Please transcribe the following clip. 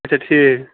اچھا ٹھیٖک